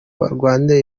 barwanira